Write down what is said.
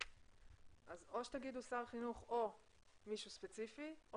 או שתגידו שר החינוך או מישהו ספציפי או